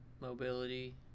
mobility